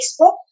Facebook